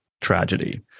tragedy